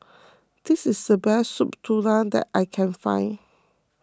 this is the best Soup Tulang that I can find